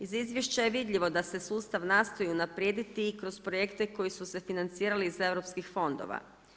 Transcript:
Iz izvješća je vidljivo da se sustav nastoji unaprijediti i kroz projekte koji su se financirali iz europskih fondova.